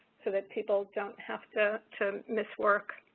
so that people don't have to to miss work.